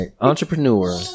Entrepreneur